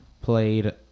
played